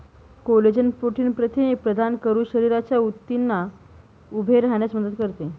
collagen protein प्रथिने प्रदान करून शरीराच्या ऊतींना उभे राहण्यास मदत करते